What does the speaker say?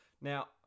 Now